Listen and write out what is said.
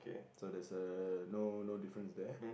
so there's uh no no difference there